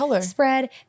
spread